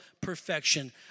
perfection